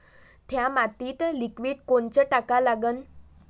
थ्या मातीत लिक्विड कोनचं टाका लागन?